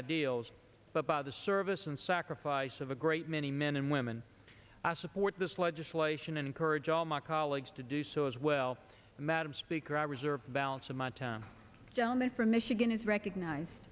ideals but by the service and sacrifice of a great many men and women i support this legislation and encourage all my colleagues to do so as well madam speaker i reserve the balance of my time gentleman from michigan is recognize